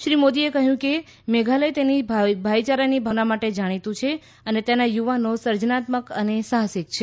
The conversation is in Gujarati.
શ્રી મોદીએ કહ્યુંકે મેઘાલય તેની ભાઈચારાની ભાવના માટે જાણીતું છે અને તેના યુવાનો સર્જનાત્મક અને સાહસિક છે